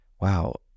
wow